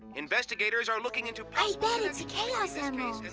investigators are looking into. i bet it's a chaos emerald.